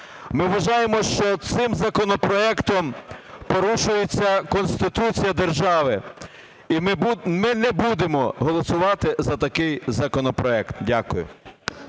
Ми вважаємо, що цим законопроектом порушується Конституція держави. І ми не будемо голосувати за такий законопроект. Дякую.